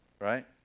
Right